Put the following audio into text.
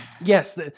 yes